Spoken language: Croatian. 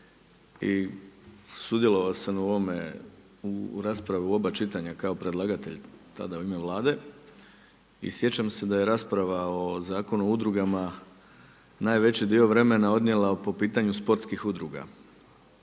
I sudjelovao sam u ovome, u raspravi u oba čitanja kao predlagatelj tada u ime Vlade. I sjećam se da je rasprava o Zakonu o udrugama najveći dio vremena odnijela po pitanju sportskih udruga.